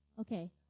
Okay